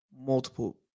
multiple